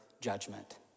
judgment